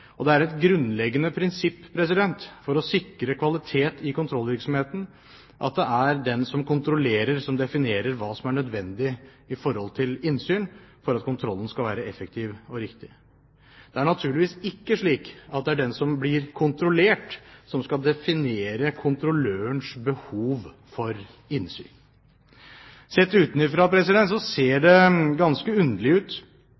Det er et grunnleggende prinsipp for å sikre kvalitet i kontrollvirksomheten at det er den som kontrollerer, som definerer hva som er nødvendig i forhold til innsyn, for at kontrollen skal være effektiv og riktig. Det er naturligvis ikke slik at det er den som blir kontrollert, som skal definere kontrollørens behov for innsyn. Sett utenfra ser det ganske underlig ut